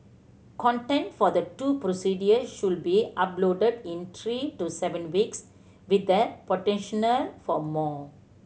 content for the two procedure should be uploaded in three to seven weeks with the potential for more